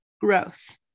Gross